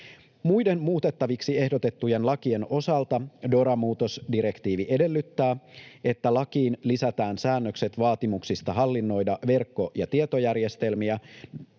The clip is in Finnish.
Muiden muutettaviksi ehdotettujen lakien osalta DORA-muutosdirektiivi edellyttää, että lakiin lisätään säännökset vaatimuksista hallinnoida verkko‑ ja tietojärjestelmiä